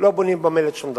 לא בונים במלט שום דבר.